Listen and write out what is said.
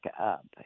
up